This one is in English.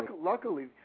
luckily